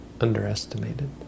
underestimated